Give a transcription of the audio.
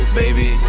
baby